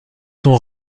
sont